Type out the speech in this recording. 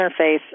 interface